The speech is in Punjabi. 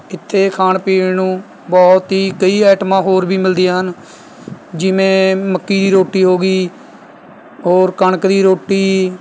ਇੱਥੇ ਖਾਣ ਪੀਣ ਨੂੰ ਬਹੁਤ ਹੀ ਕਈ ਆਈਟਮਾਂ ਹੋਰ ਵੀ ਮਿਲਦੀਆਂ ਹਨ ਜਿਵੇਂ ਮੱਕੀ ਦੀ ਰੋਟੀ ਹੋ ਗਈ ਹੋਰ ਕਣਕ ਦੀ ਰੋਟੀ